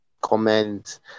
comment